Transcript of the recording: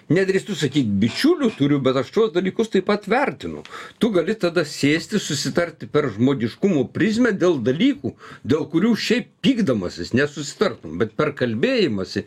nedrįstu sakyt bičiulių turiu bet aš tuos dalykus taip pat vertinu tu gali tada sėstis susitarti per žmogiškumo prizmę dėl dalykų dėl kurių šiaip pykdamasis nesusitartum bet per kalbėjimąsi